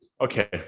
okay